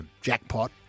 jackpot